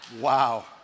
Wow